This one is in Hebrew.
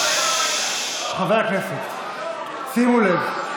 שימו לב,